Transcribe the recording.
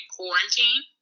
Quarantine